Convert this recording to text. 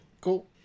Cool